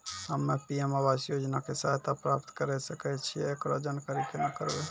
हम्मे पी.एम आवास योजना के सहायता प्राप्त करें सकय छियै, एकरो जानकारी केना करबै?